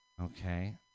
Okay